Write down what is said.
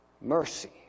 Mercy